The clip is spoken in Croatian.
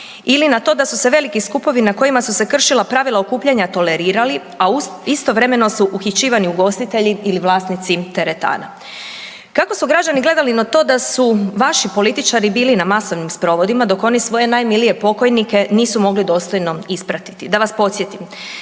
ili na to da su se veliki skupovi na kojima su se kršila pravila okupljanja tolerirali a istovremeno su uhićivani ugostitelji ili vlasnici teretana? Kako su građani gledali na to da su vaši političari bili na masovnim sprovodima dok oni svoje najmilije pokojnike nisu mogli dostojno ispratiti? Da vas podsjetim,